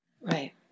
Right